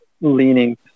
leaning